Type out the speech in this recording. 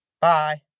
Bye